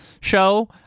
show